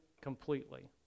completely